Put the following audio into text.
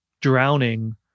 drowning